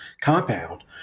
compound